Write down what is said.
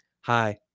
Hi